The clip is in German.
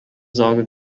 sorge